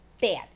Bad